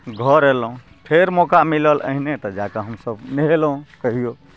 घर एलहुँ फेर मौका मिलल एहने तऽ जाके हमसब नहेलहुँ कहियौ